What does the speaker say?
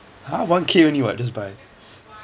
!huh! one K only [what] just buy